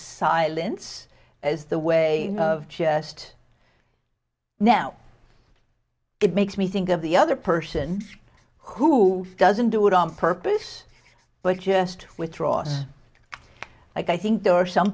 silence as the way of just now it makes me think of the other person who doesn't do it on purpose but just withdraws i think there are some